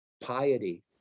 piety